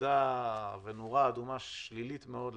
נורה אדומה שלילית מאוד לממשלה.